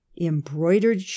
embroidered